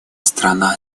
страна